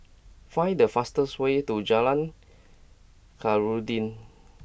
find the fastest way to Jalan Khairuddin